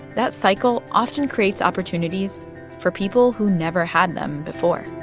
that cycle often creates opportunities for people who never had them before